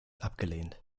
abgelehnt